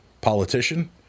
politician